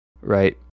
right